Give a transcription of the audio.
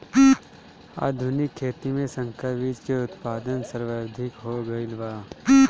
आधुनिक खेती में संकर बीज के उत्पादन सर्वाधिक हो गईल बा